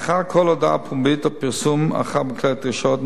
לאחר כל הודעה פומבית או פרסום אחר בכלי התקשורת,